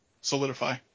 solidify